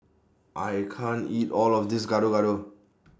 I can't eat All of This Gado Gado